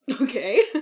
Okay